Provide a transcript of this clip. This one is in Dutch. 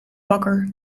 wakker